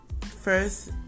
First